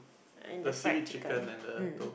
and the fried chicken mm